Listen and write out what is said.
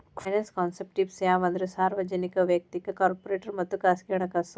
finance concept types ಯಾವಂದ್ರ ಸಾರ್ವಜನಿಕ ವಯಕ್ತಿಕ ಕಾರ್ಪೊರೇಟ್ ಮತ್ತ ಖಾಸಗಿ ಹಣಕಾಸು